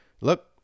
look